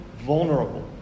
Vulnerable